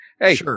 Hey